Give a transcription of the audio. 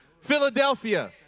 Philadelphia